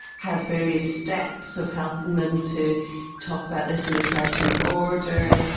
has various steps of helping them to talk about this in a certain order.